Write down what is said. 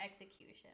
execution